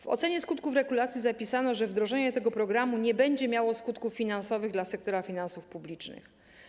W ocenie skutków regulacji napisano, że wdrożenie tego programu nie spowoduje skutków finansowych dla sektora finansów publicznych.